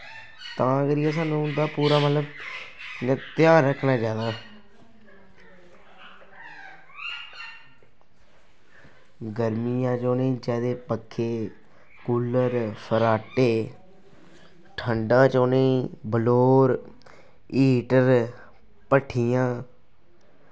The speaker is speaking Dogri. तां करियै सानूं उं'दा पूरा मतलब ध्यान रक्खना चाहिदा गर्मियें च उ'नेंगी चाहिदे पक्खे कूलर फराटे ठंडा च उ'नेंगी बलोर हीटर भट्ठियां